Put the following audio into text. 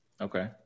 Okay